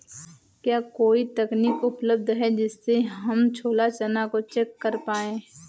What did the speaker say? क्या कोई तकनीक उपलब्ध है जिससे हम छोला चना को चेक कर पाए?